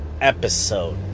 episode